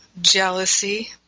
jealousy